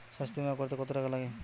স্বাস্থ্যবীমা করতে কত টাকা লাগে?